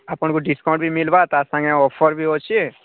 ଆପଣଙ୍କୁ ଡିସକାଉଣ୍ଟ ବି ମିଳିବ ତା ସାଙ୍ଗେ ଅଫର୍ ବି ଅଛି